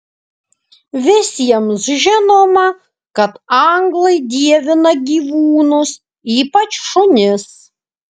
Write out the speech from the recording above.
visiems žinoma kad anglai dievina gyvūnus ypač šunis